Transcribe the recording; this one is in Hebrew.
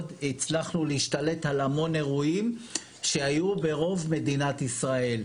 הצלחנו להשתלט על המון אירועים שהיו ברוב מדינת ישראל.